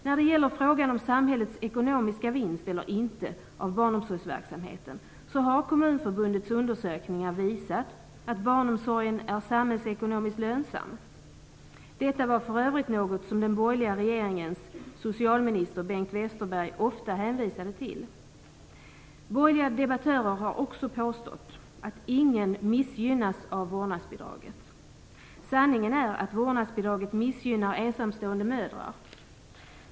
När det gäller frågan om samhället gör en ekonomisk vinst eller inte genom barnomsorgsverksamheten har Kommunförbundets undersökningar visat att barnomsorgen är samhällsekonomiskt lönsam. Detta var för övrigt något som den borgerliga regeringens socialminister Bengt Westerberg ofta hänvisade till. Borgerliga debattörer har också påstått att ingen missgynnas av vårdnadsbidraget. Sanningen är att vårdnadsbidraget missgynnar ensamstående mödrar.